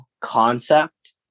concept